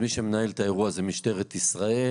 מי שמנהל את האירוע זה משטרת ישראל,